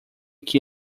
que